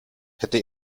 hätte